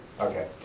Okay